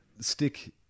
stick